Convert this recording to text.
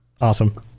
Awesome